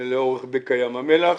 לאורך בקע ים המלח.